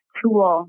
tool